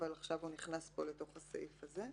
אבל עכשיו הוא נכנס פה לסעיף הזה.